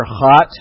hot